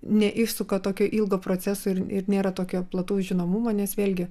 neįsuka tokio ilgo proceso ir nėra tokio plataus žinomumo nes vėlgi